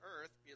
earth